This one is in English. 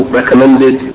recommended